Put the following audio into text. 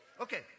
Okay